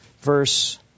verse